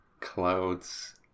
clouds